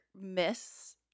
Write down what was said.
miss